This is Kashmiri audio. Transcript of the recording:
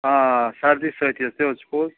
آ سردی سۭتۍ حظ تہِ حظ چھُ پوٚز